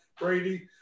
Brady